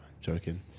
Joking